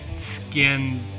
skin